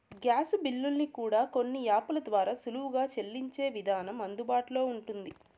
gas బిల్లుల్ని కూడా కొన్ని యాపుల ద్వారా సులువుగా సెల్లించే విధానం అందుబాటులో ఉంటుంది